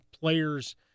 players